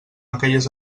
aquelles